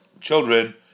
children